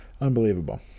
Unbelievable